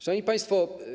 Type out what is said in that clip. Szanowni Państwo!